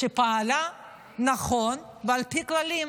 שפעלה נכון ועל פי הכללים.